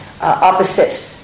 opposite